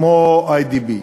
כמו "איי.די.בי".